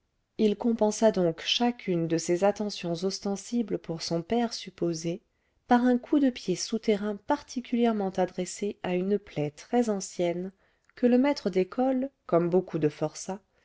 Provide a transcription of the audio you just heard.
il compensa donc chacune de ses attentions ostensibles pour son père supposé par un coup de pied souterrain particulièrement adressé à une plaie très ancienne que le maître d'école comme beaucoup de forçats